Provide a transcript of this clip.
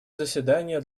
заседание